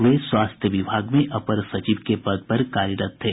वे स्वास्थ्य विभाग में अपर सचिव के पद पर कार्यरत थे